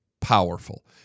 powerful